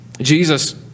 Jesus